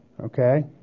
Okay